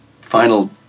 Final